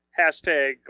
Hashtag